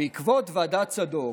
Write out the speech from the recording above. בעקבות ועדת צדוק